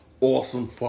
awesome